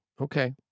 Okay